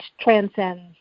transcends